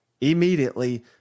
immediately